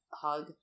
hug